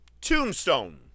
Tombstone